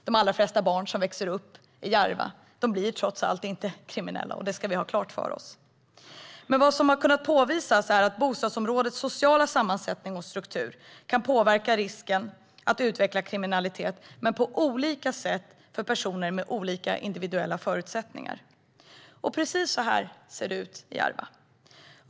De allra flesta barn som växer upp i just Järva blir ju trots allt inte kriminella, och det ska vi ha klart för oss. Men vad som har kunnat påvisas är att bostadsområdets sociala sammansättning och struktur kan påverka risken att utveckla kriminalitet, men på olika sätt för personer med olika individuella förutsättningar. Och precis så ser det ut i Järva.